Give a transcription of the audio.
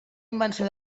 invenció